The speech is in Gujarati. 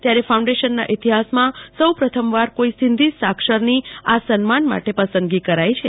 ત્યારે ફાઉન્ડેશનના ઈતિહાસમાં સૌપ્રથમવાર કોઈ સિંધી સાક્ષરનીઆ સન્માન માટે પસંદગી કરાઈ છે